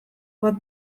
bat